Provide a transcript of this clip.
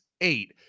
eight